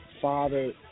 Father